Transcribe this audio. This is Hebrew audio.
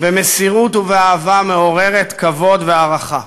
במסירות ובאהבה מעוררות כבוד והערכה,